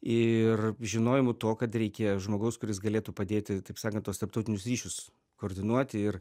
ir žinojimu tuo kad reikėjo žmogaus kuris galėtų padėti taip sakan tuos tarptautinius ryšius koordinuoti ir